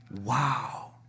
Wow